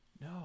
No